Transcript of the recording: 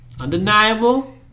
Undeniable